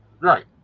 right